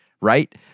right